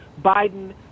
Biden